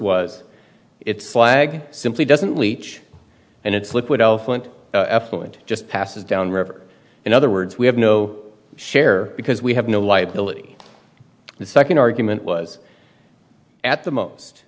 was its flag simply doesn't leak and it's liquid elephant effluent just passes down river in other words we have no share because we have no liability the second argument was at the most